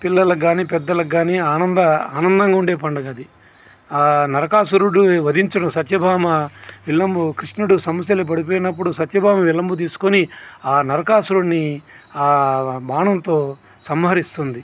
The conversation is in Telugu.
పిల్లలకి కానీ పెద్దలకి కానీ ఆనంద ఆనందంగా ఉండే పండుగ అది నరకాసురుడు వధించిన సత్యభామ విల్లంబు కృష్ణుడు సమస్యలో పడిపోయినప్పుడు సత్య భామ విల్లంబు తీసుకుని ఆ నరకాసుడిని బాణంతో సంహరిస్తుంది